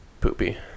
poopy